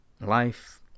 Life